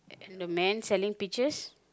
and the man selling peaches